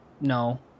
no